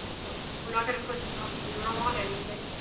so we're not gonna put a um zero on anything.